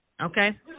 okay